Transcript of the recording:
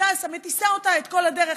מטיסה אותה את כל הדרך,